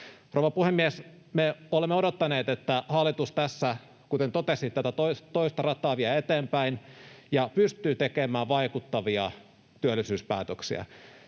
Rouva puhemies! Me olemme odottaneet, että hallitus tässä, kuten totesin, tätä toista rataa vie eteenpäin ja pystyy tekemään vaikuttavia työllisyyspäätöksiä.